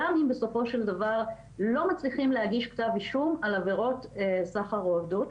גם אם בסופו של דבר לא מצליחים להגיש כתב אישום על עבירות סחר ועבדות,